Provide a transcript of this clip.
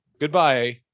Goodbye